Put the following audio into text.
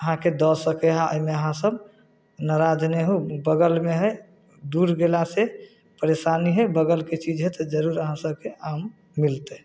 अहाँके दऽ सकै हइ एहिमे अहाँ सभ नाराज नहि होउ बगलमे हइ दूर गेलासँ परेशानी हइ बगलके चीज हइ जरूर अहाँ सभके आम मिलतै